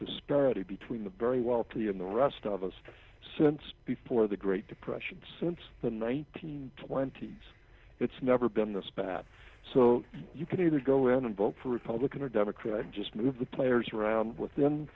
disparity between the very wealthy and the rest of us since before the great depression since the nine hundred twenty s it's never been this bad so you can either go in and vote for republican or democrat just move the players around within